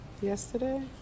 yesterday